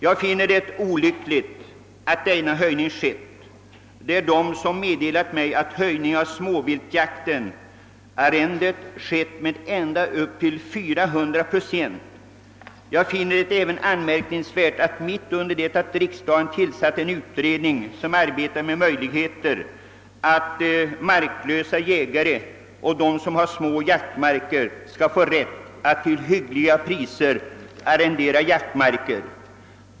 Jag finner de gjorda höjningarna olyckliga. Det har meddelats mig att höjningar av småviltjaktarrendet med ända upp till 400 procent förekommit. Jag finner det även anmärkningsvärt att höjningarna av jaktarrendena genomförts mitt under en pågående utredning, som tillsatts av riksdagen och som har till uppgift att undersöka möjligheterna att låta jägare utan mark eller med endast små jaktmarker få rätt att till hyggliga priser arrendera jaktmarker.